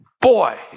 boy